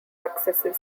successive